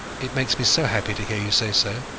it makes me so happy to hear you say so,